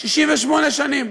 68 שנים.